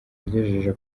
yagejeje